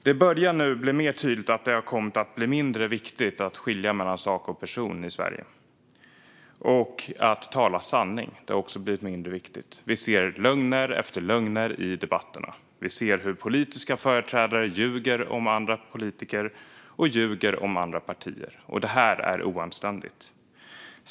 Det börjar bli mer tydligt att det har kommit att bli mindre viktigt att skilja mellan sak och person i Sverige samt att tala sanning. Vi ser lögner efter lögner i debatterna. Vi ser hur politiska företrädare ljuger om andra politiker och partier. Det är oanständigt.